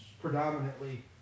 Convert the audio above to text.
predominantly